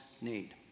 need